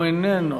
הוא איננו,